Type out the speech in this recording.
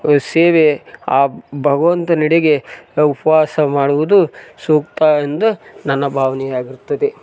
ಸೇವೆ ಆ ಭಗವಂತನೆಡೆಗೆ ಉಪವಾಸ ಮಾಡುವುದು ಸೂಕ್ತ ಎಂದು ನನ್ನ ಭಾವನೆಯಾಗಿರುತ್ತದೆ